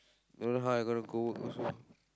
don't know how I'm gonna go work also